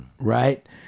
Right